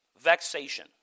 Vexation